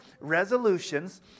resolutions